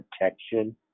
protection